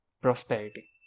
prosperity